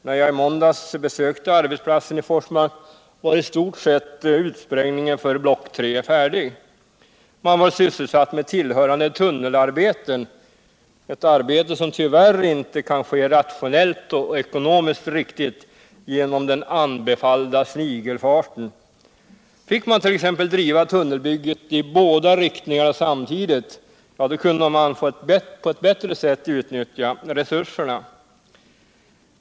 När jag I måndaps besökte arbetsplatsen i Forsmark var i stort sett utsprängningen för block 3 färdig. Man var sysselsatt med tillhörande tunnelarbeten, ett arbete som tyvärr inte kan ske rationellt och ekonomiskt riktigt genom den anbefallda snigelfarten. Fick man t.ex. driva tunnelbygget i båda riktningarna samtidigt kunde man på ott bättre sätt utnyttja resurserna.